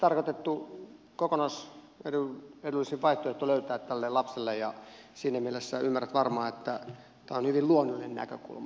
se on vain kokonaisedullisin vaihtoehto löytää tälle lapselle koti ja siinä mielessä ymmärrät varmaan että tämä on hyvin luonnollinen näkökulma